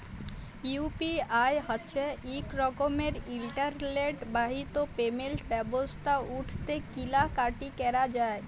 UPI হছে ইক রকমের ইলটারলেট বাহিত পেমেল্ট ব্যবস্থা উটতে কিলা কাটি ক্যরা যায়